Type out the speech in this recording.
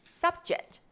subject